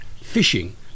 Fishing